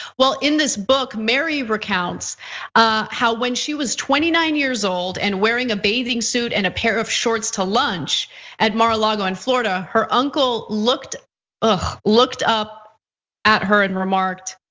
well, in this book, mary recounts ah how when she was twenty nine years old and wearing a bathing suit and a pair of shorts to lunch at mar-a-lago in florida, her uncle looked ah looked up at her and remarked,